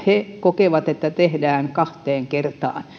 he kokevat että tiettyjä asioita tehdään kahteen kertaan